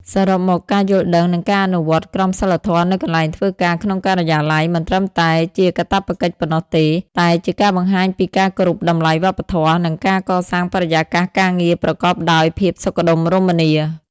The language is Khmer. សរុបមក ការយល់ដឹង និងការអនុវត្តន៍ក្រមសីលធម៌នៅកន្លែងធ្វើការក្នុងការិយាល័យ មិនត្រឹមតែជាកាតព្វកិច្ចប៉ុណ្ណោះទេ តែជាការបង្ហាញពីការគោរពតម្លៃវប្បធម៌ និងការកសាងបរិយាកាសការងារប្រកបដោយភាពសុខដុមរមនា។។